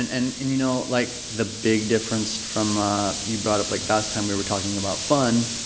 and and and, you know, like, the big difference from ah you brought up, like, last time, we were talking about fun.